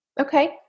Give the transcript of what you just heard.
Okay